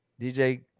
DJ